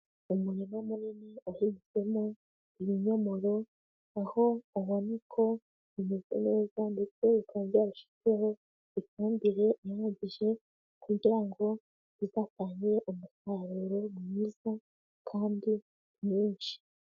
Umurima munini uhinzemo ibinyomoro, aho ubona ko bimeze neza ndetse bikaba byarashyizweho ifumbire ihagije kugira ngo bizatange umusaruro mwiza kandi mwinshi.